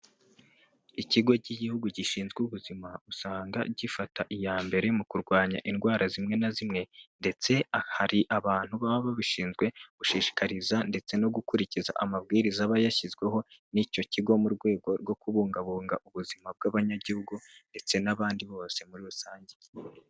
Ikigo cy'igihugu gishinzwe ubuzima usanga gifata iya mbere mu kurwanya indwara zimwe na zimwe ndetse hari abantu baba babishinzwe gushishikariza ndetse no gukurikiza amabwiriza aba yashyizweho n'icyo kigo mu rwego rwo kubungabunga ubuzima bw'abanyagihugu ndetse n'abandi bose muri rusange .